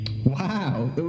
Wow